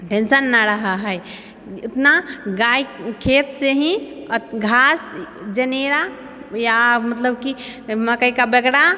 tension नहि रहै है इतना गाय खेतसे ही घास जनेरा यऽ मतलब कि मकइके बगरा